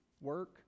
work